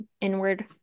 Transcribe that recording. inward